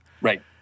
Right